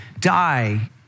die